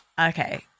Okay